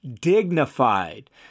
dignified